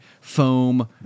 foam